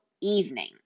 evening